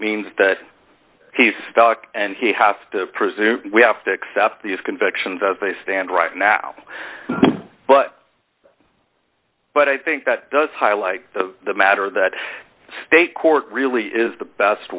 means that he's stuck and he have to presume we have to accept these convictions as they stand right now but but i think that does highlight the matter that state court really is the best